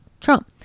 Trump